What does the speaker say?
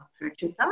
purchaser